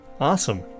Awesome